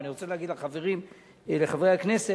ואני רוצה להגיד לחברי הכנסת,